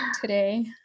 today